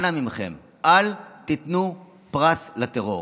אנא מכם, אל תיתנו פרס לטרור.